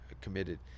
committed